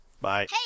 Bye